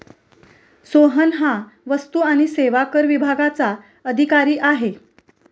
सोहन हा वस्तू आणि सेवा कर विभागाचा अधिकारी आहे